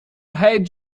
hey